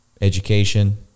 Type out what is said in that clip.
education